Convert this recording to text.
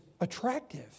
attractive